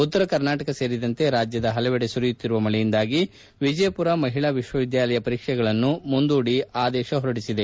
ಉತ್ತರ ಕರ್ನಾಟಕ ಸೇರಿದಂತೆ ರಾಜ್ಯದ ಪಲವೆಡೆ ಸುರಿಯುತ್ತಿರುವ ಮಳೆಯಿಂದಾಗಿ ವಿಜಯಮರದ ಮಹಿಳಾ ವಿಶ್ವವಿದ್ಯಾನಿಲಯ ಪರೀಕ್ಷೆಗಳನ್ನು ಮುಂದೂಡಿ ಆದೇಶ ಹೊರಡಿಸಿದೆ